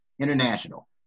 International